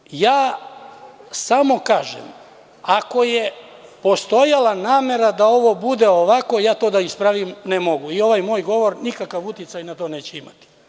Prema tome, ja samo kažem, ako je postojala namera da ovo bude ovako, ja to da ispravim ne mogu i ovaj moj govor nikakav uticaj na to neće imati.